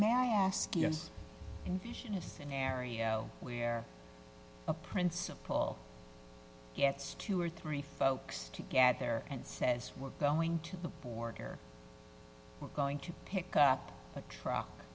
may i ask you as a scenario where a principal gets two or three folks to get there and says we're going to the border we're going to pick up a truck